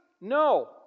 No